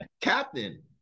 Captain